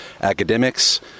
academics